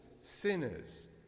sinners